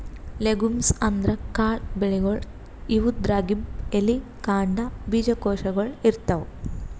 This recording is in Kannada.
ಲೆಗುಮ್ಸ್ ಅಂದ್ರ ಕಾಳ್ ಬೆಳಿಗೊಳ್, ಇವುದ್ರಾಗ್ಬಿ ಎಲಿ, ಕಾಂಡ, ಬೀಜಕೋಶಗೊಳ್ ಇರ್ತವ್